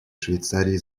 швейцарии